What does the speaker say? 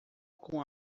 com